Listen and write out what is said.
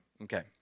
Okay